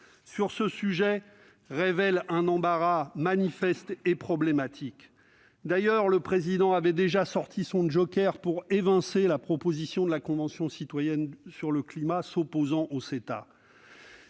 sur ce sujet révèle un embarras manifeste et problématique. D'ailleurs, le Président de la République avait déjà sorti son joker pour évincer la proposition de la Convention citoyenne pour le climat qui s'opposait au CETA